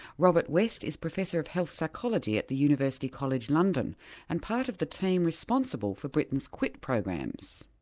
robert west is professor of health psychology at the university college london and part of the team responsible for britain's quit programs.